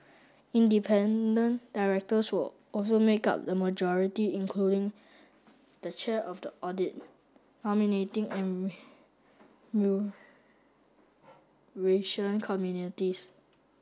independent directors will also make up the majority including the chair of the audit nominating and committees